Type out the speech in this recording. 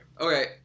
Okay